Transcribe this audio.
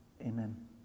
Amen